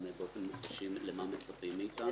כדי שנבין למה מצפים מאתנו.